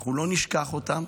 אנחנו לא נשכח אותם,